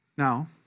Now